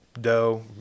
dough